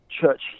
church